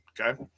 Okay